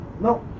no